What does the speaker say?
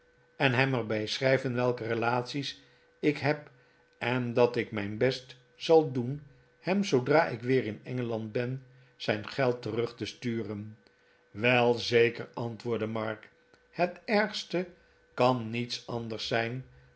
en hem er bij schrijven welke relaties ik heb en dat ik mijn best zal doen hem zoodra ik weer in engeland ben zijn geld terug te sturen wel zeker antwoordde mark het ergste kan niets anders zijn